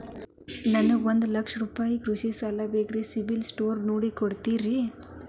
ನನಗೊಂದ ಲಕ್ಷ ರೂಪಾಯಿ ಕೃಷಿ ಸಾಲ ಬೇಕ್ರಿ ಸಿಬಿಲ್ ಸ್ಕೋರ್ ನೋಡಿ ಕೊಡ್ತೇರಿ?